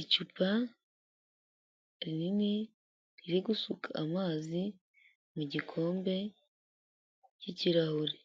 Icupa rinini riri gusuka amazi mu gikombe k'ikirahure,